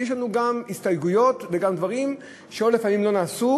יש לנו גם הסתייגויות, וגם דברים שלפעמים לא נעשו,